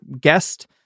guest